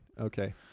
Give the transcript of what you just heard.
Okay